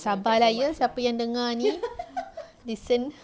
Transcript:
sabar lah ye siapa yang dengar ni listen